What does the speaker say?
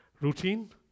Routine